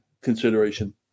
consideration